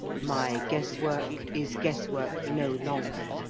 my guess-work is guess-work no longer.